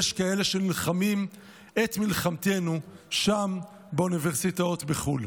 יש כאלה שנלחמים את מלחמתנו שם באוניברסיטאות בחו"ל.